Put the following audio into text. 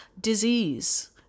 Disease